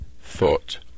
thought